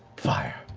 fire.